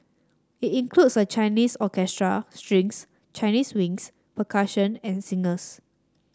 it includes a Chinese orchestra strings Chinese winds percussion and singers